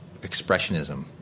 expressionism